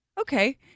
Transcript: Okay